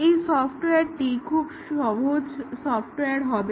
এই সফটওয়্যারটি খুবই সহজ সরল সফটওয়্যার হবে